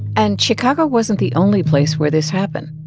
and chicago wasn't the only place where this happened.